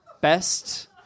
best